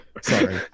Sorry